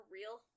real